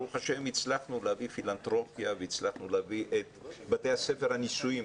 ברוך השם הצלחנו להביא פילנתרופיה והצלחנו את בתי הספר הניסויים.